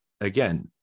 again